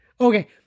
okay